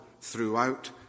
throughout